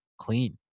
clean